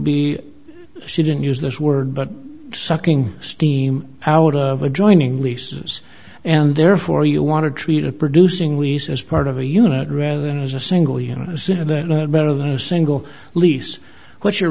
be she didn't use this word but sucking steam out of adjoining leases and therefore you want to treat a producing lease as part of a unit rather than as a single you know better than a single lease what's your